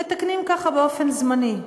מתקנים ככה באופן זמני.